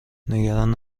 نگران